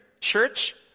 Church